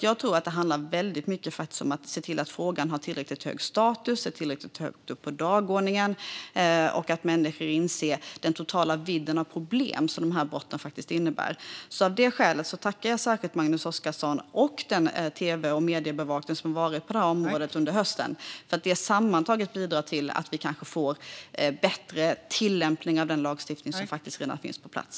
Jag tror att det väldigt mycket handlar om att se till att frågan har tillräckligt hög status och är tillräckligt högt uppe på dagordningen och att människor inser den totala vidden av problem som de här brotten faktiskt innebär. Av det skälet tackar jag särskilt Magnus Oscarsson och den tv och mediebevakning som varit på det här området under hösten. Detta bidrar sammantaget till att vi kanske får bättre tillämpning av den lagstiftning som faktiskt redan finns på plats.